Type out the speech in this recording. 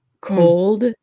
cold